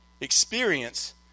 experience